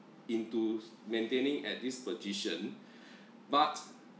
into maintaining at this position but